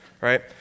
right